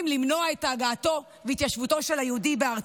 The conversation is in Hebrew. למנוע את הגעתו והתיישבותו של היהודי בארצו: